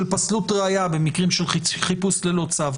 פסלות ראיה במקרים של חיפוש ללא צו.